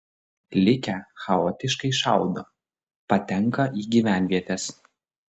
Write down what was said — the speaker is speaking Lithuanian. likę chaotiškai šaudo patenka į gyvenvietes